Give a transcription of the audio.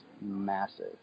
massive